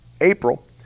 April